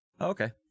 okay